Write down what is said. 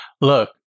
look